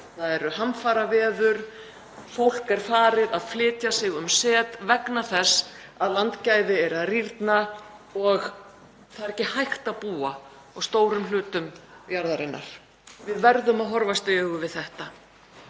það eru flóð, hamfaraveður, fólk er farið að flytja sig um set vegna þess að landgæði eru að rýrna og það er ekki hægt að búa á stórum hlutum jarðarinnar. Við verðum að horfast í augu við þetta.